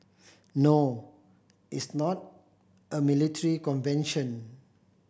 no it's not a military convention